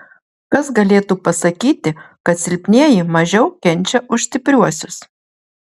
kas galėtų pasakyti kad silpnieji mažiau kenčia už stipriuosius